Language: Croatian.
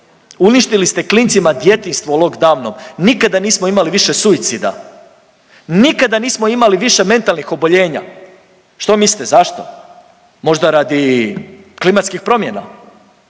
Uništili ste klincima djetinjstvo lock downom, nikada nismo imali više suicida, nikada nismo imali više mentalnih oboljenja. Što mislite zašto. Možda radi klimatskih promjena